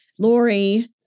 Lori